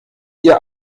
ihr